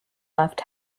left